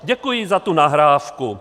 Děkuji za tu nahrávku.